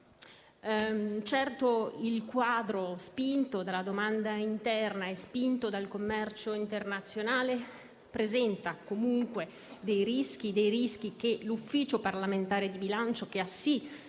Certo, il quadro spinto dalla domanda interna e dal commercio internazionale presenta comunque dei rischi che l'Ufficio parlamentare di bilancio, che pure